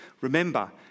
Remember